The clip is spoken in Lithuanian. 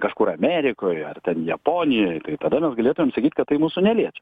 kažkur amerikoj ar ten japonijoj tada mes galėtumėm sakyti kad tai mūsų neliečia